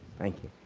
thank you